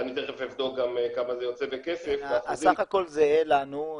אני תיכף אבדוק גם כמה זה יוצא בכסף --- הסך הכול זהה לנו,